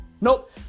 nope